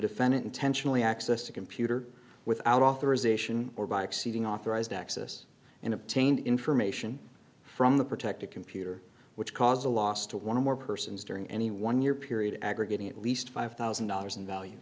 defendant intentionally access to computer without authorisation or by exceeding authorized access in obtained information from the protected computer which cause a loss to one or more persons during any one year period aggregating at least five thousand dollars in value